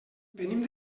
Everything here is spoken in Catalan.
venim